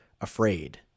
afraid